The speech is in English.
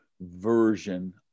version